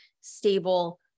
stable